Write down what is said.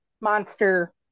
monster